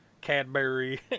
Cadbury